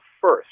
first